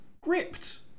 gripped